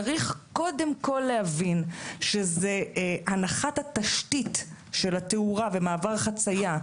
צריך קודם כל להבין שהנחת התשתית של התאורה במעבר חצייה,